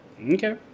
Okay